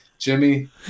Jimmy